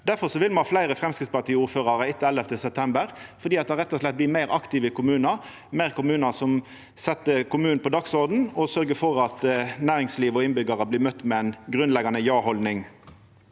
Difor vil vi ha fleire Framstegsparti-ordførarar etter 11. september, fordi det rett og slett blir meir aktive kommunar og fleire kommunar som set kommunen på dagsordenen og sørgjer for at næringsliv og innbyggjarar blir møtte med ei grunnleggjande ja-haldning.